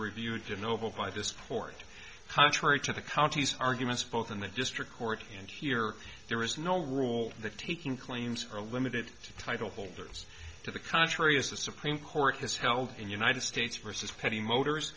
reviewed and over by this court contrary to the county's arguments both in the district court and here there is no rule that taking claims are limited to title holders to the contrary as the supreme court has held in united states versus petit motors